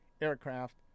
aircraft